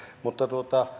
mutta